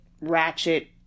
ratchet